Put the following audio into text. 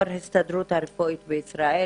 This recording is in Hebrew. יושב-ראש הסתדרות הרפואית בישראל,